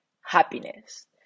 happiness